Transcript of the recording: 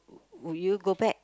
would you go back